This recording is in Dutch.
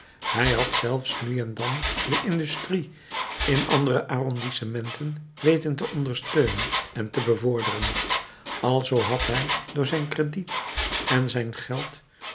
hij had zelfs nu en dan de industrie in andere arrondissementen weten te ondersteunen en te bevorderen alzoo had hij door zijn krediet en zijn geld